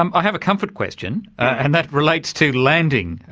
um i have a comfort question, and that relates to landing,